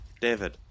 David